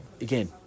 Again